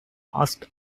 asked